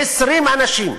20 אנשים.